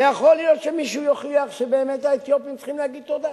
ויכול להיות שמישהו יוכיח שבאמת האתיופים צריכים להגיד תודה.